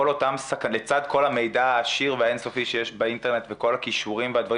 לצד כל המידע העשיר והאין-סופי שיש באינטרנט וכל הקישורים והדברים